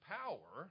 power